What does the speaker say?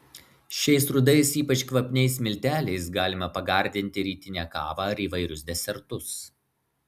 šiais rudais ypač kvapniais milteliais galima pagardinti rytinę kavą ar įvairius desertus